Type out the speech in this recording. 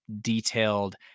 detailed